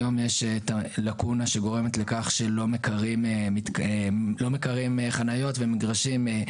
היום יש את הלקונה שגורמת לכך שלא מקרים חניות ומגרשים.